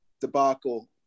debacle